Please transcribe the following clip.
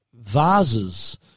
vases